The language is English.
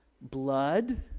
blood